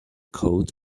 coat